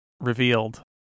revealed